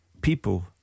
people